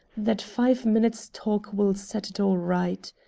that five minutes' talk will set it all right.